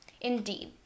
Indeed